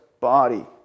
body